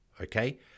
Okay